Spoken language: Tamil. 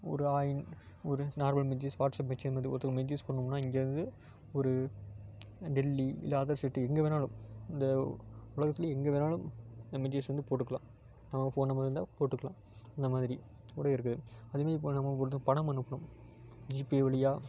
ஒரு ஐ ஒரு நார்மல் மெசேஜ் வாட்ஸ்அப் மெசேஜ் இப்போ ஒருத்தங்களுக்கு மெசேஜ் பண்ணும்னால் இங்கே இருந்து ஒரு டெல்லி இல்லை அதர் சிட்டி எங்கே வேணாலும் இந்த உலகத்தில் எங்கே வேணாலும் நம்ம மெசேஜ் வந்து போட்டுக்கலாம் நம்ம ஃபோன் நம்பர் இருந்தால் போட்டுக்கலாம் அந்தமாதிரி கூடவே இருக்குது அதேமாதிரி இப்போ நம்ம ஒருத்தருக்கு பணம் அனுப்பணும் ஜிபே வழியாக